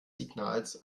signals